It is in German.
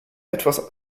etwas